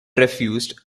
refused